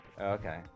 Okay